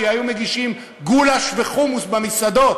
שהיו מגישים גולאש וחומוס במסעדות.